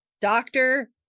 doctor